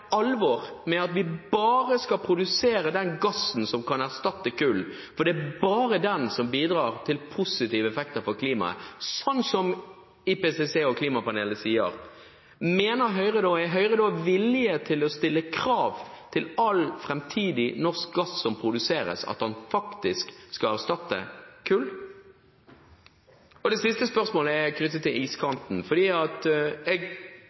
alvor med at vi bare skal produsere den gassen som kan erstatte kull – fordi det bare er den som bidrar til positive effekter for klimaet, som IPCC og Klimapanelet sier – er Høyre da villig til å stille krav om at all framtidig norsk gass som produseres, skal erstatte kull? Det siste spørsmålet er knyttet til iskanten. Jeg synes det er bra at Kristelig Folkeparti tidligere har tatt opp spørsmålet om iskanten. Jeg